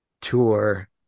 tour